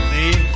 See